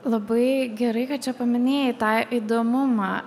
labai gerai kad čia paminėjai tą įdomumą